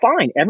fine